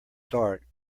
dark